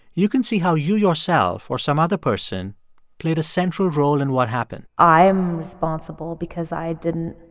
you can see how you, yourself, or some other person played a central role in what happened i am responsible because i didn't